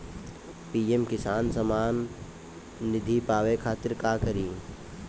PM Kisan Samman Nidhi पावे खातिर का करी?